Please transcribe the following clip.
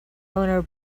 owner